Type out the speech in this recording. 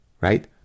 right